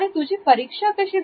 तुझी परीक्षा कशी झाली